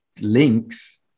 links